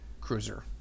cruiser